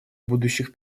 будущих